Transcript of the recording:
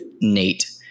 Nate